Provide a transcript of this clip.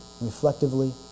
reflectively